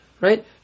Right